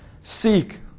Seek